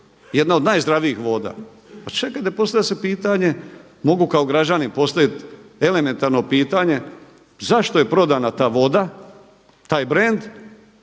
jedna od najzdravijih voda. Pa čekajte, postavlja se pitanje, mogu kao građanin postavit elementarno pitanje zašto je prodana ta voda, taj brend.